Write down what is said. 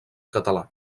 català